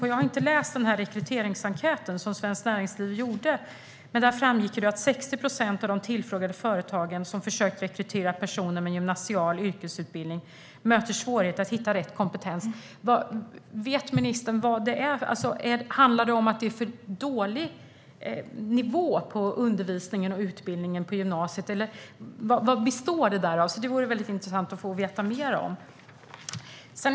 Jag har inte läst den rekryteringsenkät Svenskt Näringsliv gjorde, men där framgick att 60 procent av de tillfrågade företag som försökt rekrytera personer med gymnasial yrkesutbildning möter svårigheter att hitta rätt kompetens. Vet ministern vad det handlar om? Är det för dålig nivå på undervisningen och utbildningen på gymnasiet, eller vad beror detta på? Det vore intressant att få veta mer om det.